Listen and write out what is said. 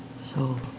so,